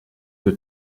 que